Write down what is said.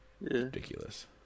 ridiculous